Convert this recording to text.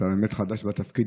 אתה באמת חדש בתפקיד,